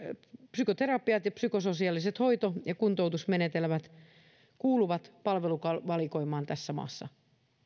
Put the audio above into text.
psykoterapiat ja psykososiaaliset hoito ja kuntoutusmenetelmät kuuluvat palveluvalikoimaan tässä maassa